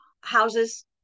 houses